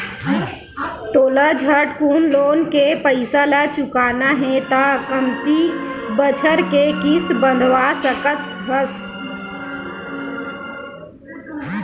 तोला झटकुन लोन के पइसा ल चुकाना हे त कमती बछर के किस्त बंधवा सकस हस